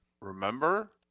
Remember